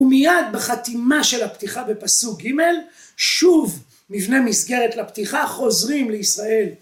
ומיד בחתימה של הפתיחה בפסוק ג', שוב מבנה מסגרת לפתיחה חוזרים לישראל.